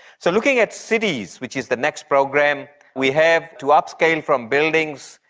so looking at cities, which is the next program, we have to upscale from buildings.